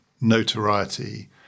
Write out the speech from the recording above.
notoriety